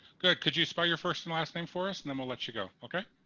good. could you spell your first and last name for us, and then we'll let you go, ok?